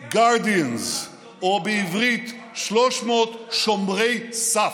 Guardians, או בעברית: 300 שומרי סף.